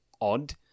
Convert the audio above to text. odd